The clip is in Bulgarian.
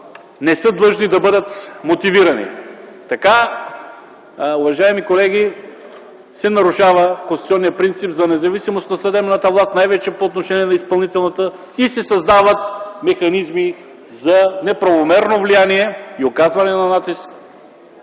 не са длъжни да бъдат мотивирани. Така, уважаеми колеги, се нарушава конституционният принцип за независимост на съдебната власт, най-вече по отношение на изпълнителната и се създават механизми за неправомерно влияние и оказване на натиск